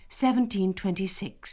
1726